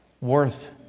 worth